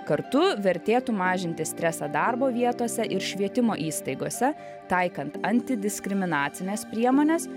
kartu vertėtų mažinti stresą darbo vietose ir švietimo įstaigose taikant antidiskriminacines priemones